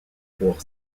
pour